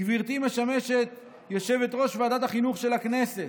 גברתי משמשת יושבת-ראש ועדת החינוך של הכנסת.